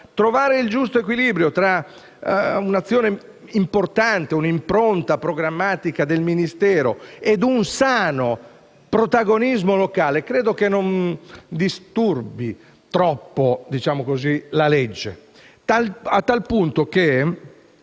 Trovare il giusto equilibrio tra un'azione importante, un'impronta programmatica del Ministero e un sano protagonismo locale, credo non disturbi troppo la legge, a tal punto che